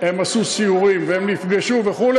הם עשו סיורים והם נפגשו וכו',